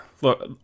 Look